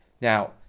Now